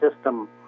system